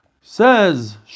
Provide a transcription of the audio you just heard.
Says